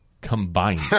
combined